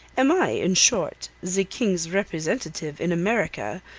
am i, in short, the king's representative in america,